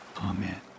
Amen